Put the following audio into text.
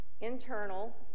Internal